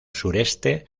sureste